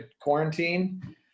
quarantine